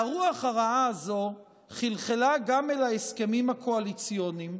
והרוח הרעה הזו חלחלה גם אל ההסכמים הקואליציוניים,